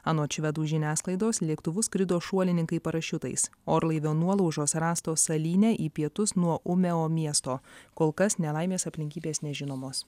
anot švedų žiniasklaidos lėktuvu skrido šuolininkai parašiutais orlaivio nuolaužos rastos salyne į pietus nuo umeo miesto kol kas nelaimės aplinkybės nežinomos